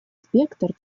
спектр